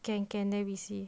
can can then we see